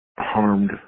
harmed